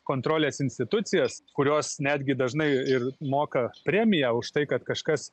kontrolės institucijas kurios netgi dažnai ir moka premiją už tai kad kažkas